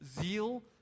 Zeal